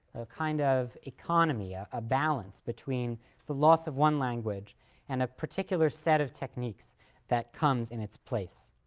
a kind of economy, ah a balance between the loss of one language and a particular set of techniques that comes in its place.